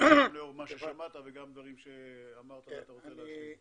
לאור מה ששמעת וגם דברים שאתה רוצה להשלים.